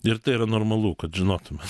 ir tai yra normalu kad žinotumėt